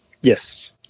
yes